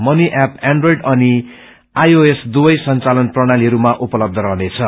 money app Android अनि I O S दुवै संचालन प्रणतीहरूमा उपलबच रहनेछ